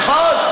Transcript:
נכון.